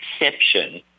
exception